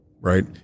right